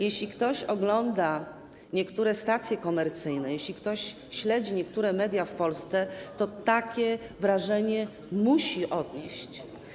Jeśli ktoś ogląda niektóre stacje komercyjne, jeśli ktoś śledzi niektóre media w Polsce, to takie wrażenie musi odnieść.